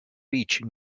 beach